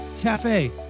Cafe